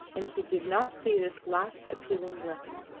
and he did not see this last appealing glance.